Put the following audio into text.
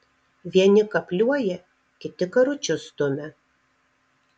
vieni kapliuoja kiti karučius stumia